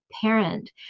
parent